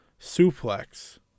Suplex